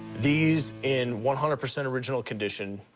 these in one hundred percent original condition,